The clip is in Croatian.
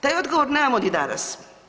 Taj odgovor nemamo ni danas.